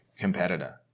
competitor